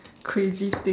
crazy thing